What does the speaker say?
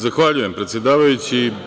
Zahvaljujem predsedavajući.